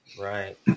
right